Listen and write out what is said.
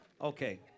Okay